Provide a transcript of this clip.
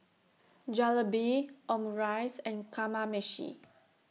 Jalebi Omurice and Kamameshi